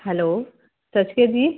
hello ਸਤਿ ਸ਼੍ਰੀ ਅਕਾਲ ਦੀ